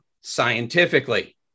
scientifically